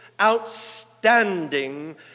outstanding